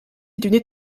est